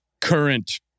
current